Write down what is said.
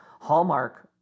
Hallmark